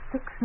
Six